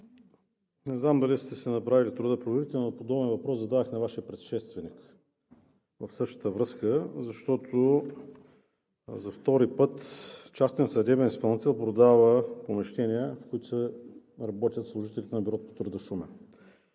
не знам дали сте си направили труда да проверите, но подобен въпрос зададох на Вашия предшественик в същата връзка, защото за втори път частен съдебен изпълнител продава помещения, в които работят служителите на Бюрото по труда –